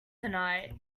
tonight